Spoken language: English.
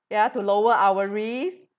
ya to lower our risk